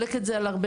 צריך להישאר ב-9%,